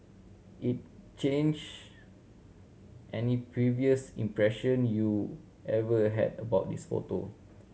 it change any previous impression you ever had about this photo